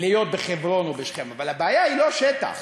להיות בחברון או בשכם, אבל הבעיה היא לא שטח.